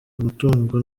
umutungo